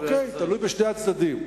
תלוי בשני הצדדים.